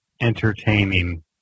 entertaining